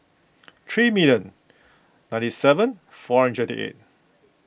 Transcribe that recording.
three million ninety seven four hundred twenty eight